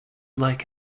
like